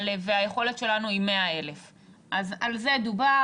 והיכולת שלנו היא 100,000. על זה דובר.